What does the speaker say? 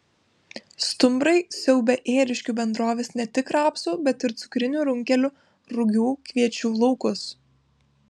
stumbrai siaubia ėriškių bendrovės ne tik rapsų bet ir cukrinių runkelių rugių kviečių laukus